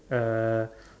uh